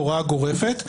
הוראה גורפת,